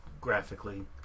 graphically